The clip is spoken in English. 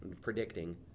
predicting